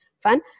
fun